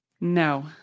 No